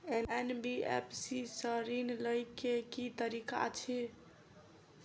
NBFC सँ ऋण लय केँ की तरीका अछि?